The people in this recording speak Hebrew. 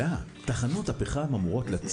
50 אנשים מתים סביב תחנת הכוח אורות רבין,